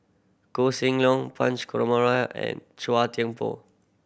Koh Seng Leong Punch and Chua Thian Poh